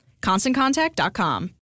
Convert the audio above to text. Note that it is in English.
ConstantContact.com